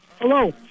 Hello